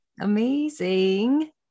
Amazing